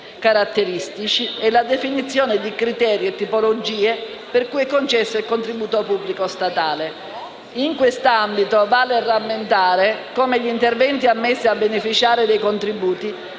caratteristici e la definizione di criteri e tipologie per cui è concesso il contributo pubblico statale. In quest'ambito, vale rammentare come gli interventi ammessi a beneficiare dei contributi